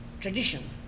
tradition